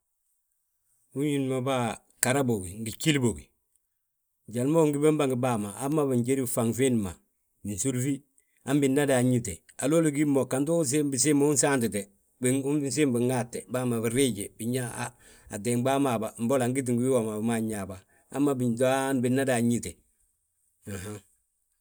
Ndu uñiń ma ghara bóbi ngi gjíli bógi, njali ma ugi bembe ngi bàa ma hama binjédi bfaŋi biindi ma. Binsúdibi, han bina dan ñite, halooli ugím bo gantu usiim bisiimti siime unsaante. Ungi siim mo binŋaate, bàa ma binriiji, binyaa ha, ateegbàa ma ha, mbolo agiti ngi wii woma wima anyaabâa, hamma binto han, han bina dan ñite.